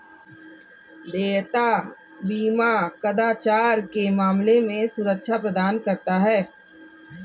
देयता बीमा कदाचार के मामले में सुरक्षा प्रदान करता है